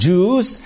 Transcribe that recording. Jews